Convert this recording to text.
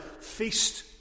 feast